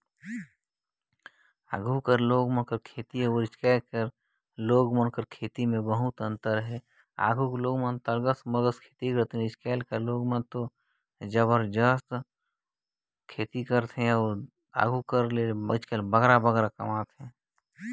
मइनसे कर खेती किसानी करे कर तरकीब में सरलग आएज अंतर दो दिखई देबे करथे